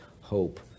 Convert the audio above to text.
hope